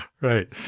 Right